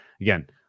again